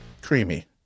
Creamy